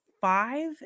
five